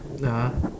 (uh huh)